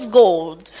gold